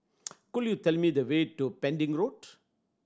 could you tell me the way to Pending Road